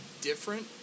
different